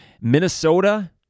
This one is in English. Minnesota